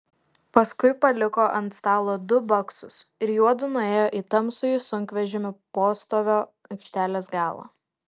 paskui paliko ant stalo du baksus ir juodu nuėjo į tamsųjį sunkvežimių postovio aikštelės galą